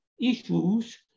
issues